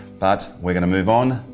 but we're going to move on,